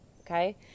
Okay